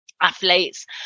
athletes